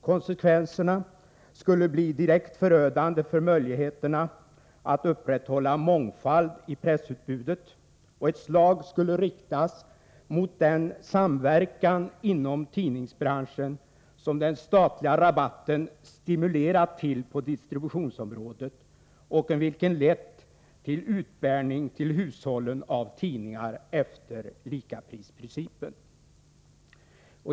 Konsekvenserna skulle bli direkt förödande för möjligheterna att upprätthålla mångfald i pressutbudet, och ett slag skulle riktas mot den samverkan inom tidningsbranschen som den statliga rabatten har stimulerat till på distributionsområdet och vilken har lett till utbärning av tidningar till hushållen efter likaprisprincipen.